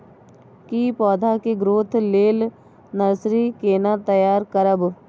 की पौधा के ग्रोथ लेल नर्सरी केना तैयार करब?